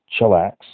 chillax